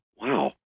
wow